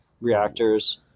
reactors